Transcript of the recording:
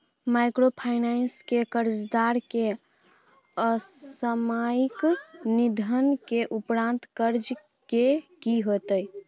Microfinance के कर्जदार के असामयिक निधन के उपरांत कर्ज के की होतै?